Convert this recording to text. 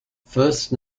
first